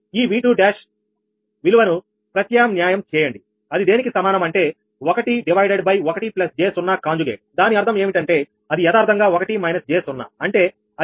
ఈ 𝑉21 విలువను ప్రత్యామ్నాయం చేయండి అది దేనికి సమానం అంటే 1 డివైడెడ్ బై 1 j 0 కాంజుగేట్ దాని అర్థం ఏమిటంటే అది యదార్ధంగా 1 j0 అంటే అది ఒకటి అవుతుంది